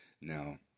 now